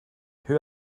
who